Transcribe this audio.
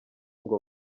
ngo